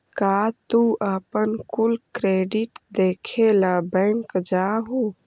का तू अपन कुल क्रेडिट देखे ला बैंक जा हूँ?